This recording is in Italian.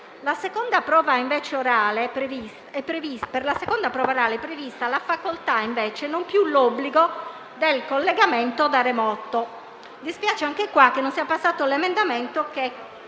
Per la seconda prova orale è prevista invece la facoltà, non più l'obbligo, del collegamento da remoto. Dispiace anche qua che non sia passato l'emendamento che